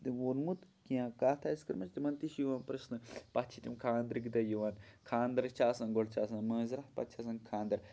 تہِ ووٚنمُت کیٚنٛہہ کَتھ آسہِ کٔرمٕژ تِمن تہِ چھُ یِوان پرژَھنہٕ پَتہٕ چھِ تِم خانٛدرٕکۍ دۄہ یِوان خانٛدرس چھِ آسان گۄڈٕ چھےٚ آسان مٲنزِرات پَتہٕ چھُ آسان خانٛدر